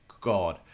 god